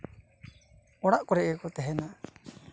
ᱚᱲᱟᱜ ᱠᱚᱨᱮᱜ ᱜᱮᱠᱚ ᱛᱟᱦᱮᱱᱟ